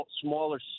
smaller